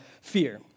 fear